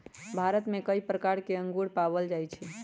भारत में कई प्रकार के अंगूर पाएल जाई छई